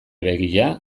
begia